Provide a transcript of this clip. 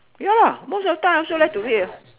ya most of the time I also like to read at